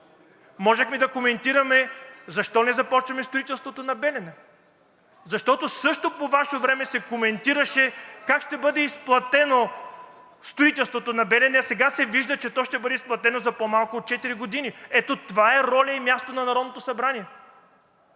можехме да коментираме защо не започнем строителството на „Белене“, защото също по Ваше време се коментираше как ще бъде изплатено строителството на „Белене“, а сега се вижда, че то ще бъде изплатено за по-малко от четири години. Ето това е роля и място на Народното събрание.